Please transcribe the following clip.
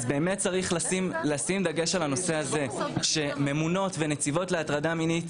אז באמת צריך לשים דגש על הנושא הזה שממונות ונציבות להטרדה מינית